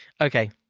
okay